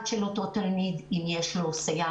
ל"שלבים" יש לימוד